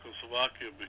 Czechoslovakia